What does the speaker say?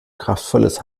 kraftvolles